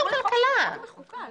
לוועדת חוקה.